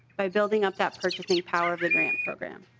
by building up that purchasing power of the grant program.